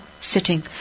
sitting